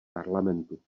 parlamentu